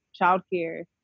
childcare